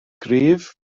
gryf